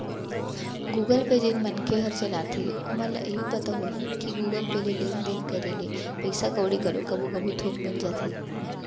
Google Pay जेन मनखे हर चलाथे ओमन ल एहू पता होही कि गुगल पे ले लेन देन करे ले पइसा कउड़ी घलो कभू कभू थोक मिल जाथे